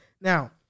Now